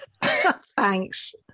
Thanks